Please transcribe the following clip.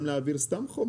גם להעביר סתם חומרים.